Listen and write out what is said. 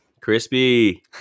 Crispy